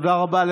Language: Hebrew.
תודה רבה.